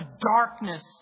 darkness